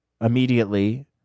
immediately